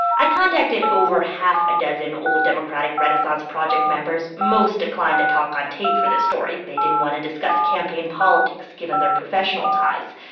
i contacted over half a dozen old democratic renaissance project members. most declined to talk on tape for this story. they didn't want to discuss campaign politics given their professional ties.